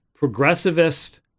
progressivist